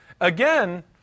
again